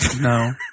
No